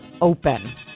open